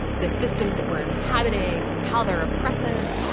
the systems that we're inhabiting, how they're oppressive.